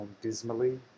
dismally